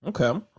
Okay